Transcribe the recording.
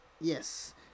Yes